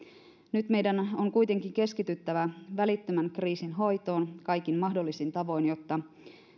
nyt meidän on kuitenkin keskityttävä välittömän kriisin hoitoon kaikin mahdollisin tavoin jotta